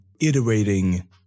iterating